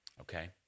Okay